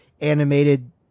animated